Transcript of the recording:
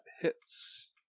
hits